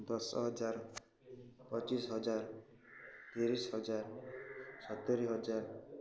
ଦଶ ହଜାର ପଚିଶ ହଜାର ତିରିଶ ହଜାର ସତୁୁରୀ ହଜାର